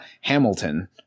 hamilton